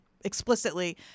explicitly